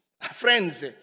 Friends